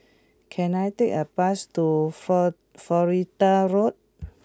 can I take a bus to Florida Road